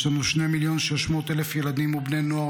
יש לנו 2.6 מיליון ילדים ובני נוער